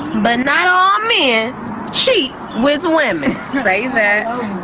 but not all men cheat with women. say that.